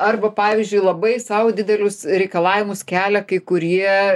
arba pavyzdžiui labai sau didelius reikalavimus kelia kai kurie